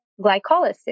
glycolysis